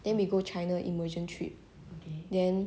then we go china immersion trip then